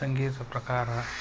ಸಂಗೀತ ಪ್ರಕಾರ